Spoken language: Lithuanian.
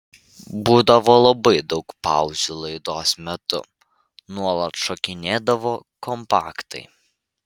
būdavo labai daug pauzių laidos metu nuolat šokinėdavo kompaktai